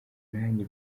nanjye